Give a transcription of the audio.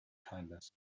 kindness